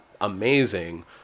amazing